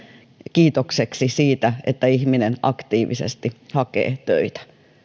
kiitokseksi siitä että ihminen aktiivisesti hakee töitä